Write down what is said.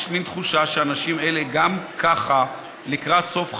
יש מין תחושה שהאנשים האלה גם ככה לקראת סוף חייהם,